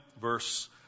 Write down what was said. verse